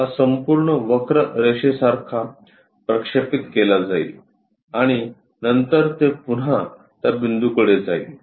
हा संपूर्ण वक्र रेषेसारखा प्रक्षेपित केला जाईल आणि नंतर ते पुन्हा त्या बिंदूकडे जाईल